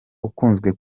ukunzwe